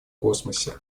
космосе